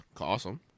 awesome